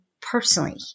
personally